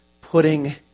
Putting